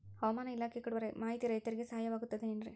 ಹವಮಾನ ಇಲಾಖೆ ಕೊಡುವ ಮಾಹಿತಿ ರೈತರಿಗೆ ಸಹಾಯವಾಗುತ್ತದೆ ಏನ್ರಿ?